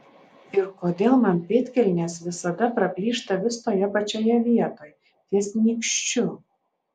ir kodėl man pėdkelnės visada praplyšta vis toje pačioje vietoj ties nykščiu